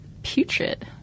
Putrid